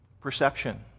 perception